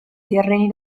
terreni